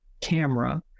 camera